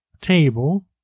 table